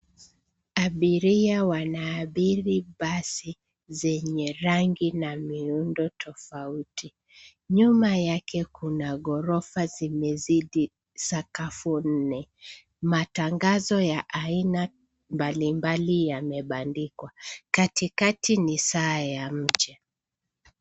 Abiria wanaabiri basi zenye rangi na miundo tofauti. Nyuma yake kuna ghorofa zilizozidi sakafu nne. Matangazo ya aina mbalimbali yamebandikwa. Katikati ni saa ya mche.